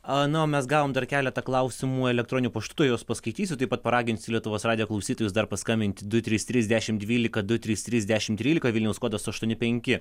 a na o mes gavom dar keletą klausimų elektroniniu paštu juos paskaitysiu taip pat paraginsiu lietuvos radijo klausytojus dar paskambinti du trys trys dešimt dvylika du trys trys dešimt trylika vilniaus kodas aštuoni penki